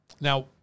Now